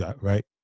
right